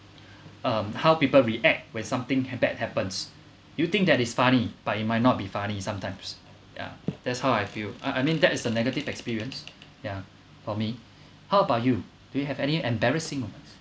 um how people react when something bad happens you think that is funny but it might not be funny sometimes yeah that's how I feel I I mean that is a negative experience ya for me how about you do you have any embarrassing moments